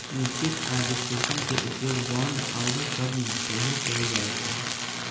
निश्चित आऽ विश्लेषण के उपयोग बांड आउरो सभ में सेहो कएल जाइ छइ